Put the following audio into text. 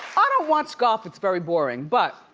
ah don't watch golf. it's very boring, but